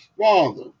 father